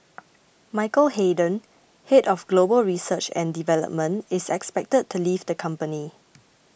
Michael Hayden head of global research and development is expected to leave the company